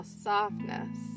softness